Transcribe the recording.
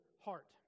heart